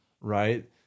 right